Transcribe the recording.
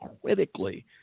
critically